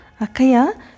Akaya